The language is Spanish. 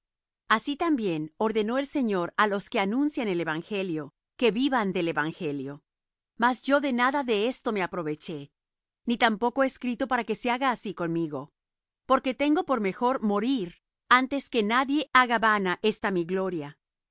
así también ordenó el señor á los que anuncian el evangelio que vivan del evangelio mas yo de nada de esto me aproveché ni tampoco he escrito esto para que se haga así conmigo porque tengo por mejor morir antes que nadie haga vana esta mi gloria